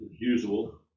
usable